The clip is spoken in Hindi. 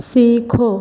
सीखो